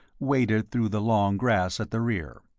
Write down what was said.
waded through the long grass at the rear.